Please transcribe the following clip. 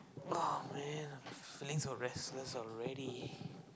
oh man I'm feeling so restless already